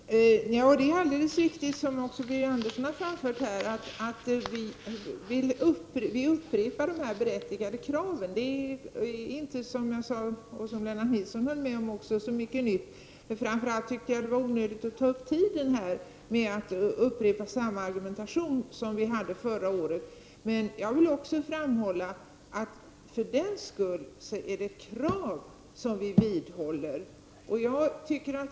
Fru talman! Det är alldeles riktigt att vi upprepar berättigade krav, vilket också Birger Andersson har framfört. Det är inte så mycket nytt, och det höll Lennart Nilsson också med om. Jag tycker att det är onödigt att ta upp tiden med att här upprepa samma argumentation som vi hade förra året, men vi vidhåller för den skull våra krav.